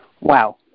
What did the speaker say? Wow